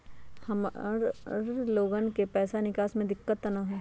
हमार लोगन के पैसा निकास में दिक्कत त न होई?